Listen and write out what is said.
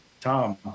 Tom